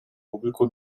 público